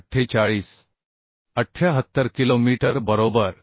78 kilometre बरोबर